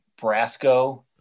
Brasco